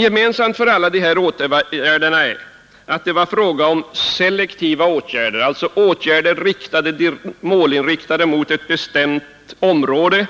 Gemensamt för alla de här åtgärderna är att de var selektiva, alltså målinriktade mot ett bestämt område